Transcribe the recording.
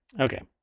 Okay